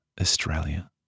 Australia